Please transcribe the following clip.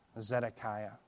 Zedekiah